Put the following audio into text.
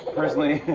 personally,